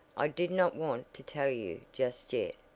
i did not want to tell you just yet,